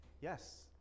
Yes